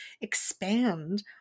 expand